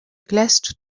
classe